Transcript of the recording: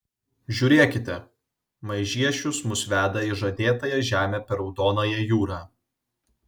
žiūrėkite maižiešius mus veda į žadėtąją žemę per raudonąją jūrą